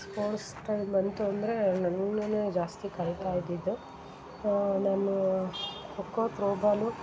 sports time ಬಂತು ಅಂದರೆ ನನ್ನ ಮೇಲೆ ಜಾಸ್ತಿ ಕಾಯ್ತಾ ಇದ್ದಿದ್ದು ನಾನು ಖೋಖೋ ತ್ರೋಬಾಲು